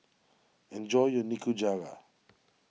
enjoy your Nikujaga